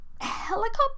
Helicopter